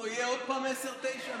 לוועדה, לא